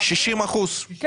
כי